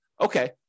okay